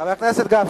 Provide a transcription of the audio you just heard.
חבר הכנסת גפני,